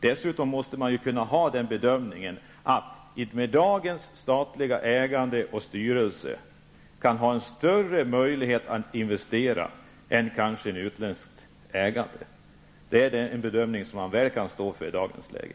Dessutom måste jag göra den bedömningen att man med dagens statliga ägande och styrelse har större möjligheter att investera än med en utländsk ägare. Den bedömningen kan jag stå för i dagens läge.